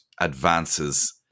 advances